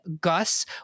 gus